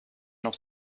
noch